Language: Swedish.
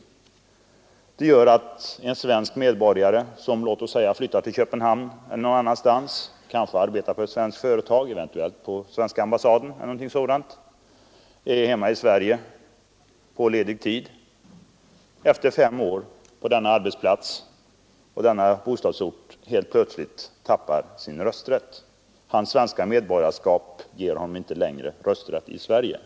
Femårsgränsen medför att en svensk medborgare, som flyttar, låt oss säga till Köpenhamn, kanske arbetar på ett svenskt företag, eventuellt på svenska ambassaden, och är hemma i Sverige på ledig tid, efter fem år på denna arbetsplats och denna bostadsort helt plötsligt förlorar sin rösträtt. Hans svenska medborgarskap ger honom inte längre rösträtt i Sverige.